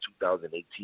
2018